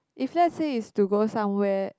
if let's say is to go somewhere